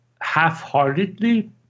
half-heartedly